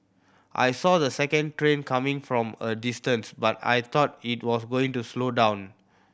I saw the second train coming from a distance but I thought it was going to slow down